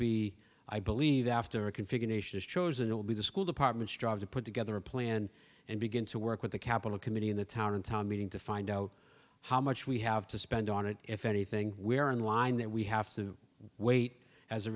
be i believe after a configuration is chosen it will be the school department strive to put together a plan and begin to work with the capital committee in the town and town meeting to find out how much we have to spend on it if anything we are in line that we have to wait as